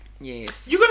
yes